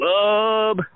Club